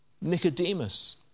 Nicodemus